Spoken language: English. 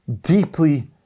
deeply